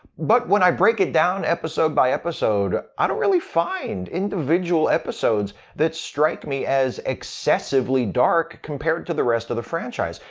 but when i break it down episode by episode, i don't really find individual episodes that strike me as excessively dark compared to the rest of the franchise.